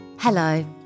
hello